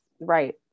Right